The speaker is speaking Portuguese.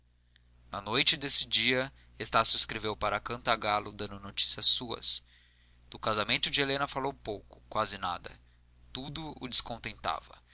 na noite desse dia estácio escreveu para cantagalo dando notícias suas do casamento de helena falou pouco quase nada tudo o descontentava